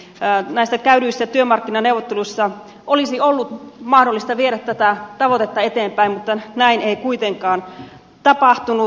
näissä käydyissä työmarkkinaneuvotteluissa olisi ollut mahdollista viedä tätä tavoitetta eteenpäin mutta näin ei kuitenkaan tapahtunut